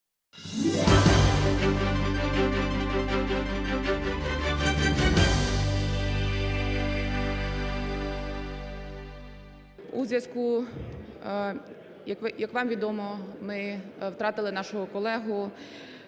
у зв’язку як вам відомо, ми втратили нашого колегу